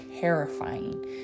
terrifying